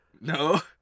No